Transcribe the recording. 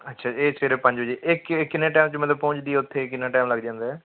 ਅੱਛਾ ਇਹ ਸਵੇਰੇ ਪੰਜ ਵਜੇ ਇਹ ਕਿੰਨੇ ਕਿੰਨੇ ਟੈਮ 'ਚ ਮਤਲਬ ਪਹੁੰਚਦੀ ਉੱਥੇ ਕਿੰਨਾ ਟੈਮ ਲੱਗ ਜਾਂਦਾ ਹੈ